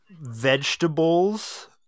Vegetables